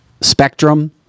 spectrum